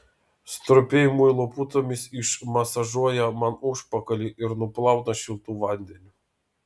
stropiai muilo putomis išmasažuoja man užpakalį ir nuplauna šiltu vandeniu